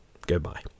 goodbye